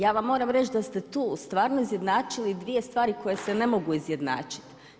Ja vam moram reći, da ste stu stvarno izjednačili 2 stvari koji se ne mogu izjednačiti.